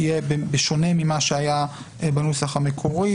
בשונה ממה שהיה בנוסח המקורי.